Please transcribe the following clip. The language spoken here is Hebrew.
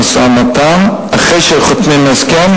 אחרי שחותמים על הסכם,